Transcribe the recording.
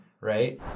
Right